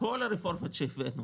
מכל הרפורמות שהבאנו,